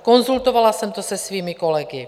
Konzultovala jsem to se svými kolegy.